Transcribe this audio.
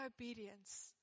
obedience